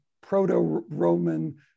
proto-Roman